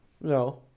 No